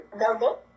building